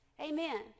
Amen